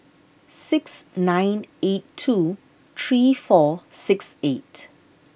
six nine eight two three four six eight